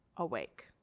awake